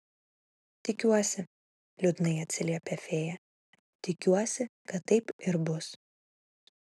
tikiuosi liūdnai atsiliepė fėja tikiuosi kad taip ir bus